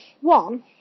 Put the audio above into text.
One